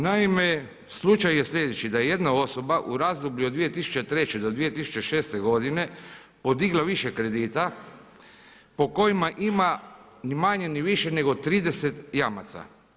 Naime, slučaj je sljedeći da je jedna osoba u razdoblju od 2003. do 2006. godine podigla više kredita po kojima ima ni manje, ni više nego 30 jamaca.